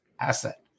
asset